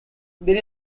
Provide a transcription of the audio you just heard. there